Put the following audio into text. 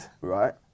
right